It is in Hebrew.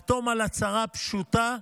לחתום על הצהרה פשוטה,